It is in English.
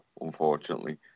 unfortunately